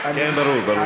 כן, ברור, ברור.